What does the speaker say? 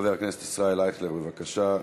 חבר הכנסת ישראל אייכלר, בבקשה.